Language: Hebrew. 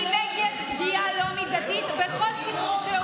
אבל, אני נגד פגיעה לא מידתית בכל ציבור שהוא.